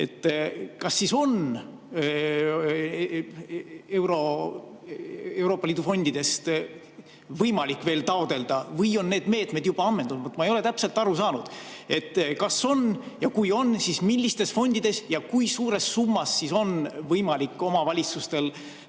Kas siis on Euroopa Liidu fondidest võimalik veel taotleda või on need meetmed juba ammendunud? Ma ei ole täpselt aru saanud, et kas on ja kui on, siis millistes fondides ja kui suures summas on võimalik omavalitsustel